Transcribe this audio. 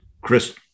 Chris